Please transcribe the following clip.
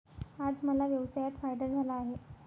आज मला व्यवसायात फायदा झाला आहे